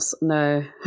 no